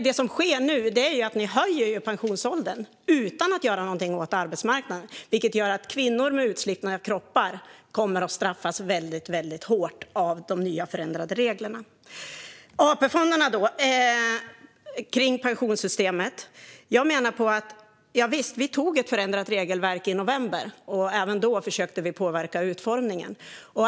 Det som sker nu är att ni höjer pensionsåldern utan att göra någonting åt arbetsmarknaden, vilket gör att kvinnor med utslitna kroppar kommer att straffas väldigt hårt av de nya förändrade reglerna. Javisst, vi antog ett förändrat regelverk för AP-fonderna i november. Även då försökte vi påverka utformningen.